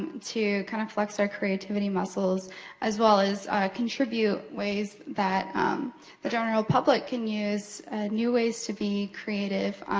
to kind of flex our creativity muscles as well as contribute ways that the general public can use new ways to be creative.